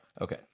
Okay